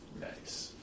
Nice